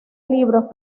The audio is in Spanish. libros